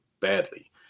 badly